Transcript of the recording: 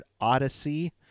Odyssey